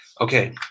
Okay